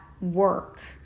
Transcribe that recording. work